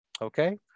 Okay